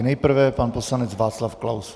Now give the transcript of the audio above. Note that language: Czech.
Nejprve pan poslanec Václav Klaus.